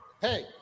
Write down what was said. Hey